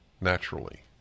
naturally